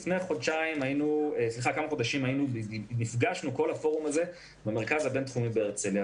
לפני כמה חודשים נפגשנו כל הפורום הזה במרכז הבינתחומי בהרצליה.